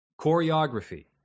Choreography